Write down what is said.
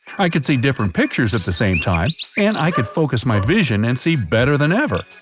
i could see different pictures at the same time and i could focus my vision and see better than ever.